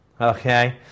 Okay